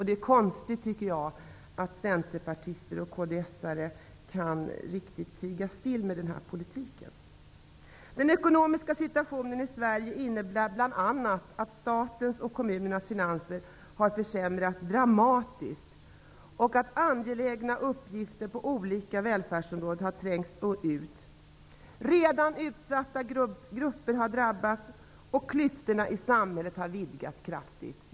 Det är konstigt att centerpartister och kds:are kan tiga still med denna politik. Den ekonomiska situationen i Sverige innebär bl.a. att statens och kommunernas finanser har försämrats dramatiskt och att angelägna uppgifter på olika välfärdsområden har trängts ut. Redan utsatta grupper har drabbats, och klyftorna i samhället har vidgats kraftigt.